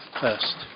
first